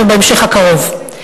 ובהמשך הקרוב.